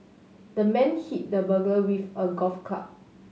the man hit the burglar with a golf club